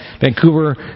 Vancouver